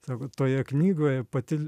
sako toje knygoje pati